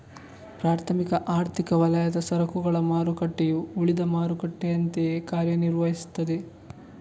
ಪ್ರಾಥಮಿಕ ಆರ್ಥಿಕ ವಲಯದ ಸರಕುಗಳ ಮಾರುಕಟ್ಟೆಯು ಉಳಿದ ಮಾರುಕಟ್ಟೆಯಂತೆಯೇ ಕಾರ್ಯ ನಿರ್ವಹಿಸ್ತದೆ